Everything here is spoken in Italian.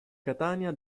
catania